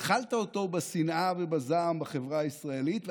התחלת אותו בשנאה ובזעם בחברה הישראלית,